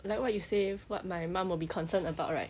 like what you say what my mum will be concerned about right